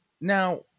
Now